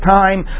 time